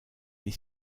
les